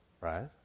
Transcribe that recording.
Right